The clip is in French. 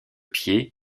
pied